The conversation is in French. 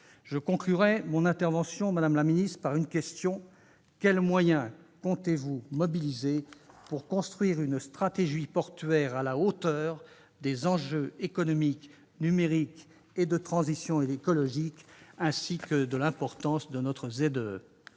Je conclurai mon intervention par une question : madame la ministre, quels moyens comptez-vous mobiliser pour construire une stratégie portuaire à la hauteur des enjeux économiques, numériques et de transition écologique, mais aussi de l'importance de notre zone